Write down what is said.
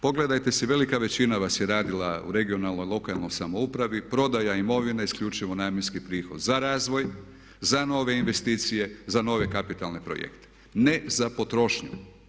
Pogledajte si, velika većina vas je radila u regionalnoj, lokalnoj samoupravi, prodaj imovine isključivo namjenski prihod za razvoj, za nove investicije, za nove kapitalne projekte ne za potrošnju.